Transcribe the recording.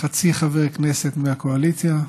חצי חבר כנסת מהקואליציה,